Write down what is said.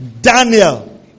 daniel